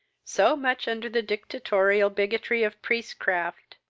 so much under the dictatorial bigotry of priestcraft,